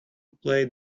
play